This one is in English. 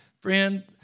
Friend